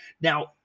Now